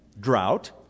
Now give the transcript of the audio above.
Drought